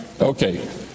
Okay